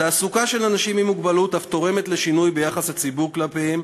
תעסוקה של אנשים עם מוגבלות אף תורמת לשינוי ביחס הציבור כלפיהם,